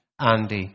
andy